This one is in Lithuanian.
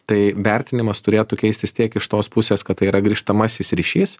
tai vertinimas turėtų keistis tiek iš tos pusės kad tai yra grįžtamasis ryšys